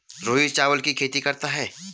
रोहित चावल की खेती करता है